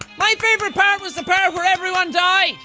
my favorite part was the part where everyone died